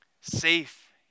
safe